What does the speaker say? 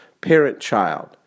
parent-child